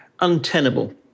untenable